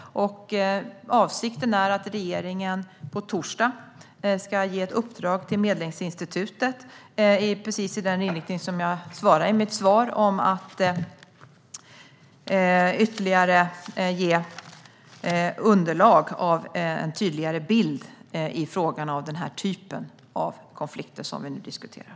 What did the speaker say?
Avsikten är att regeringen på torsdag ska ge ett uppdrag till Medlingsinstitutet med precis den inriktning som jag angav i mitt svar om att ytterligare ge underlag för att få en tydligare bild i fråga om den här typen av konflikter som vi nu diskuterar.